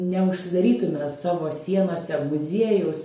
neužsidarytume savo sienose muziejus